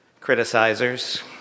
criticizers